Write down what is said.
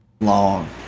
Long